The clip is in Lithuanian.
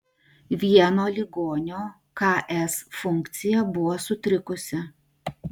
vieno ligonio ks funkcija buvo sutrikusi